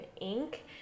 ink